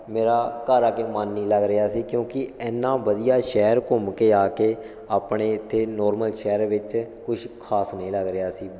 ਮੇਰਾ ਘਰ ਆ ਕੇ ਮਨ ਨਹੀਂ ਲੱਗ ਰਿਹਾ ਸੀ ਕਿਉਂਕਿ ਇੰਨਾ ਵਧੀਆ ਸ਼ਹਿਰ ਘੁੰਮ ਕੇ ਆ ਕੇ ਆਪਣੇ ਇਥੇ ਨੋਰਮਲ ਸ਼ਹਿਰ ਵਿੱਚ ਕੁਝ ਖਾਸ ਨਹੀਂ ਲੱਗ ਰਿਹਾ ਸੀ